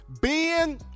Ben